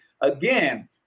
Again